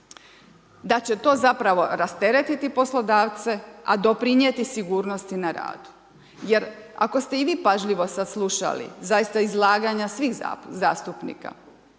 da će to zapravo rasteretiti poslodavce, a doprinijeti sigurnosti na radu. Jer ako ste i vi pažljivo sada slušali zaista izlaganja svih zastupnika